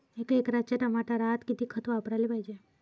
एका एकराच्या टमाटरात किती खत वापराले पायजे?